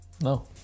No